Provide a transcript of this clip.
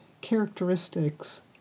characteristics